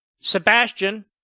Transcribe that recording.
Sebastian